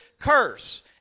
curse